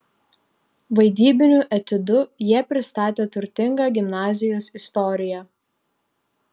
vaidybiniu etiudu jie pristatė turtingą gimnazijos istoriją